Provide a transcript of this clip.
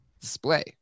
Display